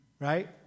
right